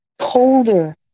colder